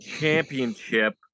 championship